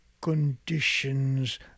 conditions